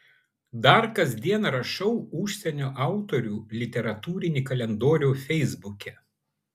dar kasdien rašau užsienio autorių literatūrinį kalendorių feisbuke